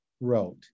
wrote